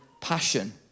passion